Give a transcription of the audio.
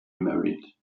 married